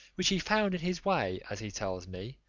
which he found in his way as he tells me,